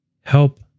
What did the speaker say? help